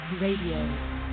Radio